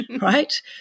right